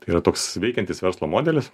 tai yra toks veikiantis verslo modelis